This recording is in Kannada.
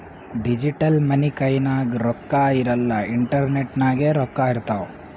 ಡಿಜಿಟಲ್ ಮನಿ ಕೈನಾಗ್ ರೊಕ್ಕಾ ಇರಲ್ಲ ಇಂಟರ್ನೆಟ್ ನಾಗೆ ರೊಕ್ಕಾ ಇರ್ತಾವ್